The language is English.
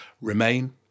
Remain